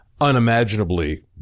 unimaginably